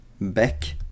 back